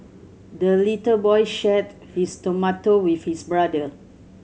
the little boy shared his tomato with his brother